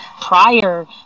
prior